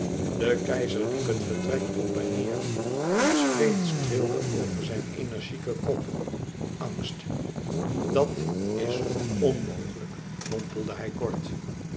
de keizer liep het vertrek op en neêr iets vreemds trilde over zijn energieken kop angst dat is onmogelijk mompelde hij kort